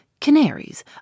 canaries